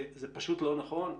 זה פשוט לא נכון.